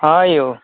हँ यौ